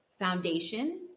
Foundation